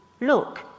look